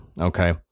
Okay